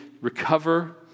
recover